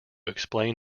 explain